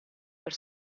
per